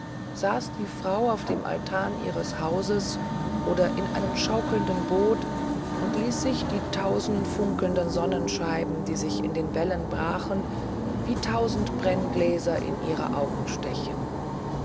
saß die frau auf dem altan ihres hauses oder in einem schaukelnden boot und ließ sich die tausend funkelnden sonnenscheiben die sich in den wellen brachen wie tausend brenngläser in ihre augen stechen